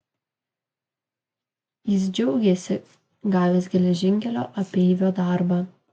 jis džiaugėsi gavęs geležinkelio apeivio darbą